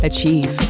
Achieve